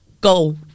go